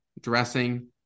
dressing